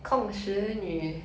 控时女